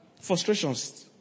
Frustrations